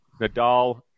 Nadal